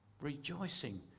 rejoicing